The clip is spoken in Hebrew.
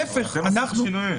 אתם עשיתם שינויים.